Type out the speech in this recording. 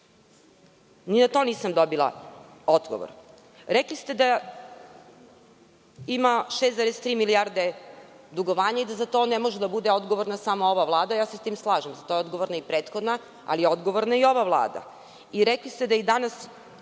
Ni na to nisam dobila odgovor. Rekli ste da ima 6,3 milijarde dugovanja i da za to ne može da bude odgovorna samo ova Vlada. Slažem se sa time, za to je odgovorna i prethodna, ali je odgovorna i ova Vlada.